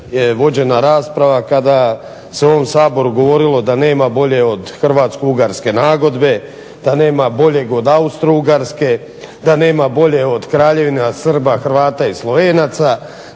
vođena rasprava kada se u ovom Saboru govorili da nema bolje od hrvatsko-ugarske nagodbe, da nema boljeg od Austro-Ugarske, da nema bolje od Kraljevine Srba, Hrvata i Slovenaca,